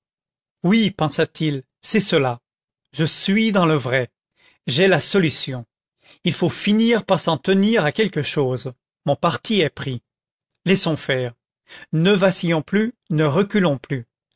oui pensa-t-il c'est cela je suis dans le vrai j'ai la solution il faut finir par s'en tenir à quelque chose mon parti est pris laissons faire ne vacillons plus ne reculons plus